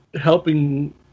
Helping